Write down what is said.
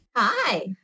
Hi